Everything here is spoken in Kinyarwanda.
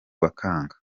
bakanga